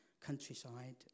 countryside